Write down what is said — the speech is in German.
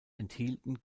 enthielten